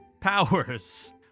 powers